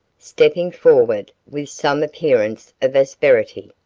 stepping forward with some appearance of asperity,